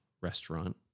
restaurant